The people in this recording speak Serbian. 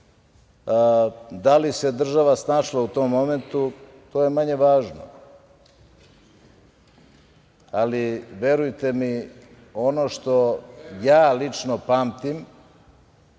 Da li se država snašla u tom momentu, to je manje važno, ali verujte mi, ono što ja lično pamtim